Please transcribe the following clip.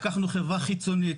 לקחנו חברה חיצונית,